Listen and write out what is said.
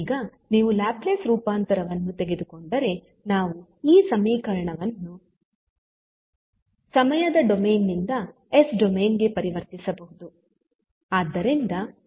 ಈಗ ನೀವು ಲ್ಯಾಪ್ಲೇಸ್ ರೂಪಾಂತರವನ್ನು ತೆಗೆದುಕೊಂಡರೆ ನಾವು ಈ ಸಮೀಕರಣವನ್ನು ಸಮಯದ ಡೊಮೇನ್ ನಿಂದ ಎಸ್ ಡೊಮೇನ್ ಗೆ ಪರಿವರ್ತಿಸಬಹುದು